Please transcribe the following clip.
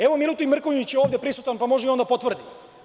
Evo, Milutin Mrkonjić je ovde prisutan pa može i on da potvrdi.